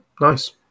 nice